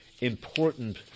important